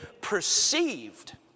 Perceived